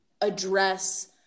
address